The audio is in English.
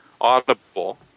Audible